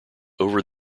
over